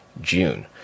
June